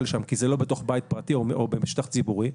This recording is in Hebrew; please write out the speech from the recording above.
לשם כי זה לא בתוך בית פרטי או במשטח ציבורי.